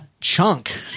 chunk